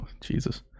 Jesus